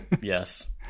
Yes